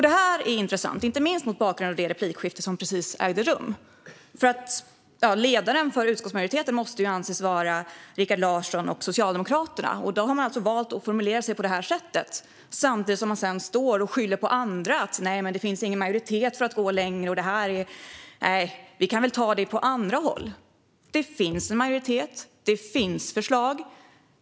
Detta är intressant, inte minst mot bakgrund av det replikskifte som precis ägde rum. Ledare för utskottsmajoriteten måste ju anses vara Rikard Larsson och Socialdemokraterna, och de har alltså valt att formulera sig på detta sätt samtidigt som de skyller på andra och säger "Nej, det finns ingen majoritet för att gå längre - vi kan väl ta det på andra håll". Det finns en majoritet. Det finns förslag.